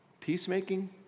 Peacemaking